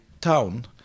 town